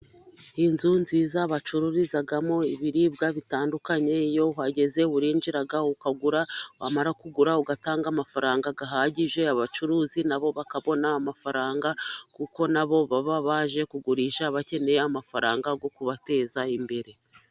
Inzu nziza bacururizamo ibiribwa bitandukanye, iyo uhageze urinjira ukagura, wamara kugura ugatanga amafaranga ahagije, abacuruzi nabo bakabona amafaranga kuko nabo baba baje kugurisha bakeneye amafaranga yo kubateza imbere.